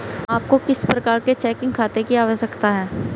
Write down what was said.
आपको किस प्रकार के चेकिंग खाते की आवश्यकता है?